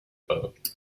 boat